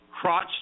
crotch